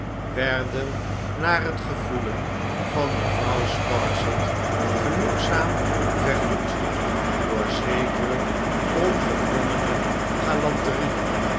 werden naar het gevoelen van mevrouw sparsit genoegzaam vergoed door zekere ongedwongene galanterie